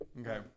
Okay